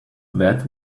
that